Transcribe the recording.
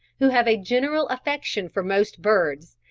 who have a general affection for most birds,